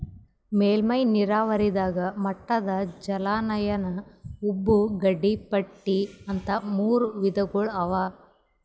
ಮೇಲ್ಮೈ ನೀರಾವರಿದಾಗ ಮಟ್ಟದ ಜಲಾನಯನ ಉಬ್ಬು ಗಡಿಪಟ್ಟಿ ಅಂತ್ ಮೂರ್ ವಿಧಗೊಳ್ ಅವಾ